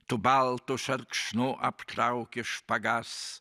tu baltu šerkšnu aptrauki špagas